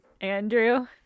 Andrew